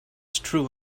true